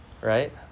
right